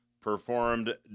performed